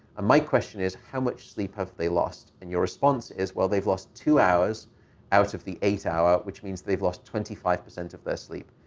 my question is how much sleep have they lost? and your response is, well, they've lost two hours out of the eight hours, which means they've lost twenty five percent of their sleep.